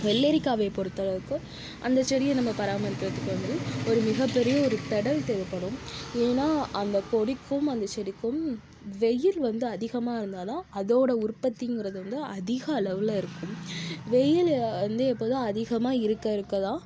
வெல்லேரிக்காவை பொருத்த அளவுக்கு அந்த செடியை நம்ம பராமரிக்கிறதுக்கு வந்து ஒரு மிகப்பெரிய ஒரு திடல் தேவைப்படும் ஏன்னால் அந்த கொடிக்கும் அந்த செடிக்கும் வெயில் வந்து அதிகமாக இருந்தால்தான் அதோடய உற்பத்திங்கிறது வந்து அதிக அளவில் இருக்கும் வெயில் வந்து எப்போதும் அதிகமாக இருக்க இருக்க தான்